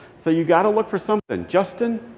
so you've got to look for something. justyn,